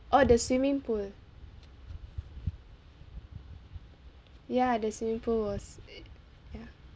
oh the swimming pool ya the swimming pool was ya